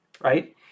right